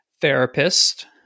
therapist